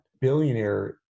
billionaire